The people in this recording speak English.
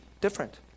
different